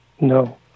No